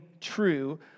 true